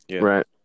Right